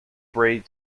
braid